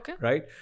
right